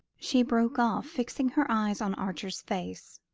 she broke off, fixing her eyes on archer's face.